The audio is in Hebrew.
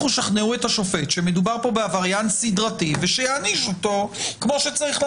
לכו תשכנעו את השופט שמדובר פה בעבריין סדרתי ושיעניש אותו כמו שצריך.